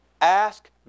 Ask